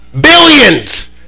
Billions